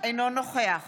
אינו נוכח